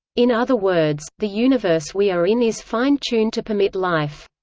in other words, the universe we are in is fine tuned to permit life.